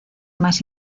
más